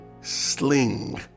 sling